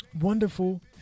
Wonderful